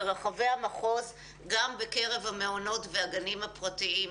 ברחבי המחוז, גם בקרב המעונות והגנים הפרטיים.